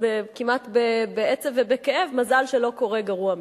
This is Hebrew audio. כמעט בעצב ובכאב: מזל שלא קורה גרוע מכך.